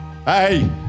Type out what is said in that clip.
Hey